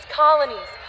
colonies